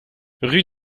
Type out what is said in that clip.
rue